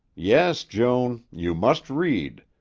yes, joan. you must read.